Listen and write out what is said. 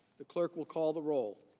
the clerk will call the role.